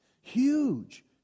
Huge